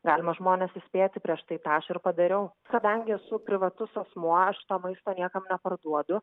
galima žmones įspėti prieš tai tą aš ir padariau kadangi esu privatus asmuo aš to maisto niekam neparduodu